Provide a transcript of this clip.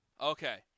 Okay